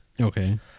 Okay